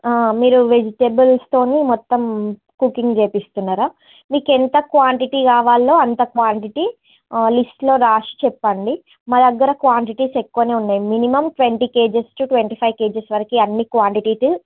మీరు వెజిటబుల్స్తోని మొత్తం కుకింగ్ చేయిస్తున్నారా మీకు ఎంత క్వాంటిటీ కావాలో అంత క్వాంటిటీ లిస్ట్లో రాసి చెప్పండి మా దగ్గర క్వాంటిటీస్ ఎక్కువగానే ఉన్నాయి minimum twenty kgs to twenty five kgs వరకు అన్ని క్వాంటిటిసు